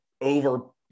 over